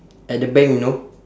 at the bank you know